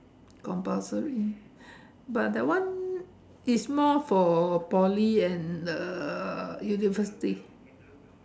compulsory but that one is more for Poly and the university